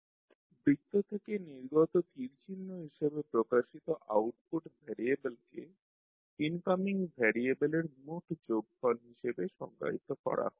তাহলে YsX1sX2s X3 বৃত্ত থেকে নির্গত তীর চিহ্ন হিসাবে প্রকাশিত আউটপুট ভ্যারিয়েবলকে ইনকামিং ভ্যারিয়েবলের মোট যোগফল হিসাবে সংজ্ঞায়িত করা হয়